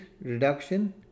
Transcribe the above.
reduction